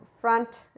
front